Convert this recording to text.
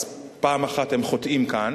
אז פעם אחת הם חוטאים כאן